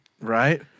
right